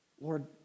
Lord